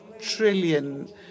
trillion